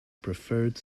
preferred